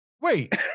wait